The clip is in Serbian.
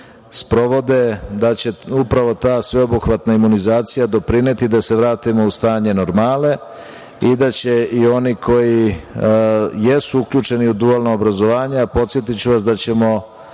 sprovode, da će upravo ta sveobuhvatna imunizacija doprineti da se vratimo u stanje normale i da će i oni koji jesu uključeni u dualno obrazovanje, a podsetiću vas da ćemo